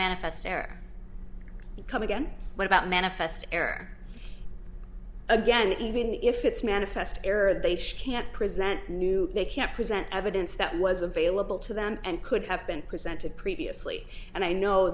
manifest air you come again what about manifest air again even if it's manifest error they can't present new they can't present evidence that was available to them and could have been presented previously and i know